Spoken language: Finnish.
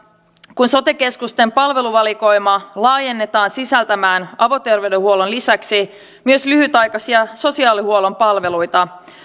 kun sote keskusten palveluvalikoima laajennetaan sisältämään avoterveydenhuollon lisäksi myös lyhytaikaisia sosiaalihuollon palveluita ja